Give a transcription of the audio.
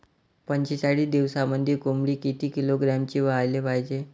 पंचेचाळीस दिवसामंदी कोंबडी किती किलोग्रॅमची व्हायले पाहीजे?